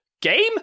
game